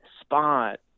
spot